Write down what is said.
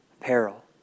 peril